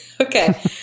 Okay